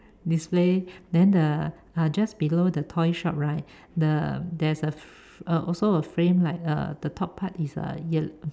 display then the uh just below the toy shop right the there is fr~ also a frame like uh the top part is a ye~